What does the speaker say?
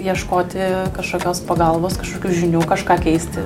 ieškoti kažkokios pagalbos kažkokių žinių kažką keisti